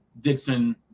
Dixon